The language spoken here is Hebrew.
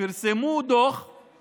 פרסמו דוח על